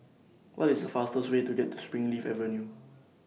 What IS The fastest Way to Springleaf Avenue